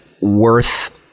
worth